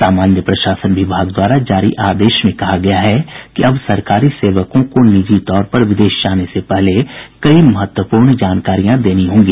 सामान्य प्रशासन विभाग द्वारा जारी आदेश में कहा गया है कि अब सरकारी सेवकों को निजी तौर पर विदेश जाने से पहले कई महत्वपूर्ण जानकारियां देनी होंगी